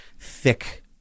thick